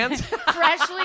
Freshly